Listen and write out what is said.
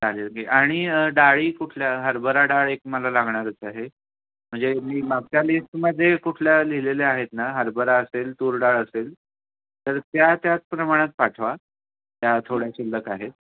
चालेल की आणि डाळी कुठल्या हरभरा डाळ एक मला लागणारच आहे म्हणजे मी मागच्या लिस्टमध्ये कुठल्या लिहिलेल्या आहेत ना हरभरा असेल तूरडाळ असेल तर त्या त्याच प्रमाणात पाठवा त्या थोड्या शिल्लक आहेत